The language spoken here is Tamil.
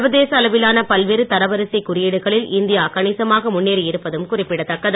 சர்வதேச அளவிலான பல்வேறு தரவரிசைக் குறியீடுகளில் இந்தியா கணிசமாக முன்னேறி இருப்பதும் குறிப்பிடத்தக்கது